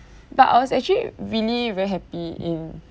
but I was actually really very happy in